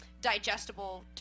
digestible